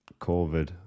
COVID